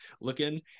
looking